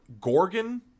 Gorgon